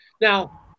Now